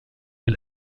est